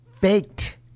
faked